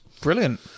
Brilliant